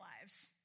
lives